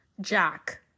jack